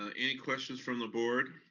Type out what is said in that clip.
ah any questions from the board?